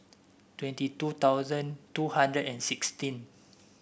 twenty two thousand two hundred and sixteen